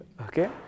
Okay